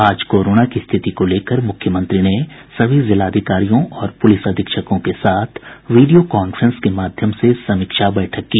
आज कोरोना की स्थिति को लेकर मुख्यमंत्री ने सभी जिलाधिकारियों और पुलिस अधीक्षकों के साथ वीडियो कांफ्रेंस के माध्यम से समीक्षा बैठक की